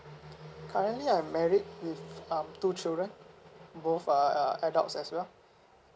currently I am married with um two children both are adults as well